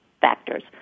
factors